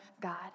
God